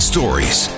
stories